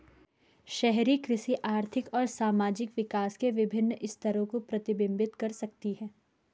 शहरी कृषि आर्थिक और सामाजिक विकास के विभिन्न स्तरों को प्रतिबिंबित कर सकती है